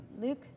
Luke